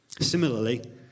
Similarly